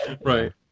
right